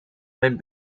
mijn